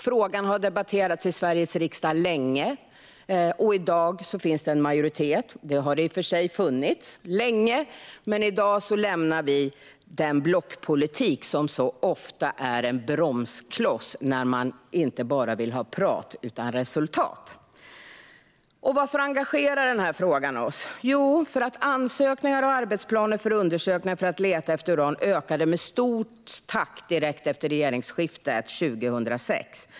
Frågan har debatterats i Sveriges riksdag länge, och i dag finns det en majoritet. Det har det i och för sig funnits länge, men i dag lämnar vi den blockpolitik som så ofta är en bromskloss när man vill ha resultat, inte bara prat. Varför engagerar denna fråga oss? Jo, för att ansökningar och arbetsplaner för undersökningar för att leta efter uran ökade med hög takt direkt efter regeringsskiftet 2006.